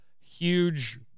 huge